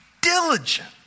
diligent